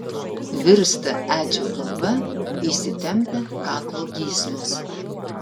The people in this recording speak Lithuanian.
virsta edžio galva įsitempia kaklo gyslos